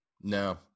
No